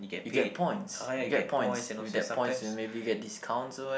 you get points you get points with that points maybe you get discounts or what